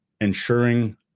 ensuring